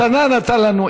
מתנה נתן לנו.